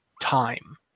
time